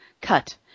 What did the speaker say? Cut